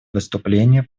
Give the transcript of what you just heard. выступление